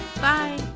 Bye